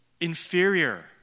inferior